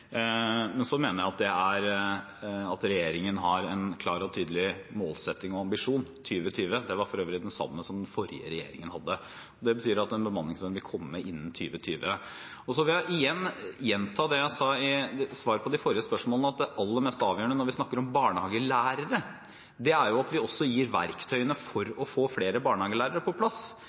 men jeg mener at regjeringen har en klar og tydelig målsetting og ambisjon – 2020. Det er for øvrig den samme som den forrige regjeringen hadde. Det betyr at en bemanningsnorm vil komme innen 2020. Jeg vil igjen gjenta det jeg sa i svaret på de forrige spørsmålene: Det aller mest avgjørende når vi snakker om barnehagelærere, er at vi også gir verktøyene for å få flere barnehagelærere på plass.